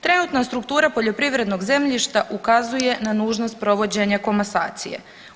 Trenutna struktura poljoprivrednog zemljišta ukazuje na nužnost provođenje komasacije.